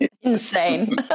Insane